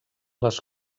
les